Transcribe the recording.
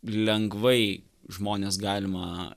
lengvai žmones galima